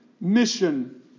mission